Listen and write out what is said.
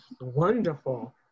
wonderful